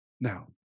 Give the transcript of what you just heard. Now